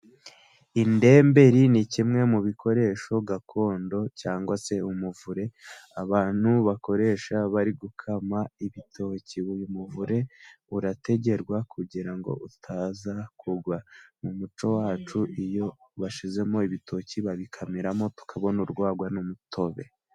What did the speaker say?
Indemberi ni kimwe mu bikoresho gakondo cyangwa se umuvure abantu bakoresha bari gukama ibitoki. Uyu muvure urategerwa kugira ngo utaza kugwa. Mu muco wacu iyo bashyizemo ibitoki babikamiramo tukabona urwagwa n'umutobe.